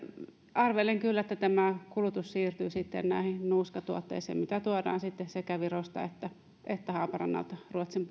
arvelen kyllä että tämä kulutus siirtyy sitten näihin nuuskatuotteisiin mitä tuodaan sekä virosta että haaparannalta ruotsin